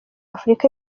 afurika